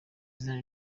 izina